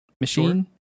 machine